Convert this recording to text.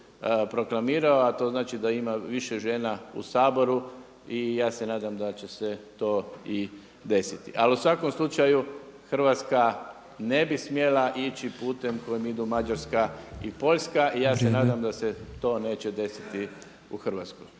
proklamirao a to znači da ima više žena u Saboru i ja se nadam da će se to i desiti. Ali u svakom slučaju Hrvatska ne bi smjela ići putem kojim idu Mađarska i Poljska i ja se nadam da se to neće desiti u Hrvatskoj.